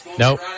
Nope